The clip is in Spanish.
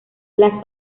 las